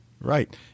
Right